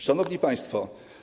Szanowni Państwo!